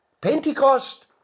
Pentecost